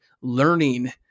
learning